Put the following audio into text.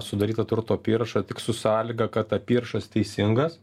sudarytą turto apyrašą tik su sąlyga kad apyrašas teisingas